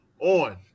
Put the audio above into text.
on